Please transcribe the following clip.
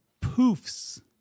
poofs